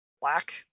black